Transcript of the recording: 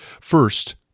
First